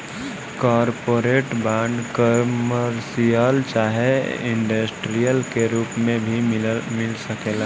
corporate bond, commercial चाहे industrial के रूप में भी मिल सकेला